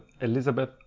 Elizabeth